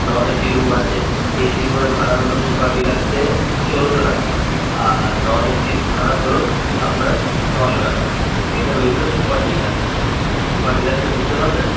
নন AC room আছে AC রুমের ভাড়া হল সুপার ডিলাক্সে ষোলশো টাকা আর নন এসির ভাড়া হল আপনার নশো টাকা এটা হয়ে গেল সুপার ডিলাক্স সুপার ডিলাক্সে বুঝতে পারলেন